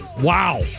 Wow